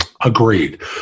Agreed